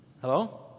Hello